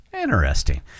Interesting